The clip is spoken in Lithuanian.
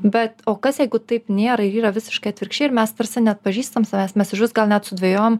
bet o kas jeigu taip nėra ir yra visiškai atvirkščiai ir mes tarsi neatpažįstam savęs mes išvis gal net sudvejojam